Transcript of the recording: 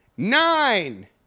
nine